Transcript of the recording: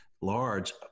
large